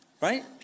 right